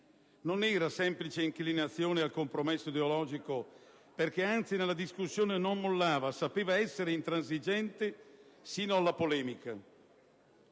Non era semplice inclinazione al compromesso ideologico, perché anzi nella discussione non mollava, sapeva essere intransigente sino alla polemica.